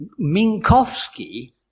Minkowski